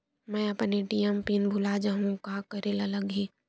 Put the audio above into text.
मैं अपन ATM PIN भुला जहु का करे ला लगही?